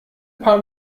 paar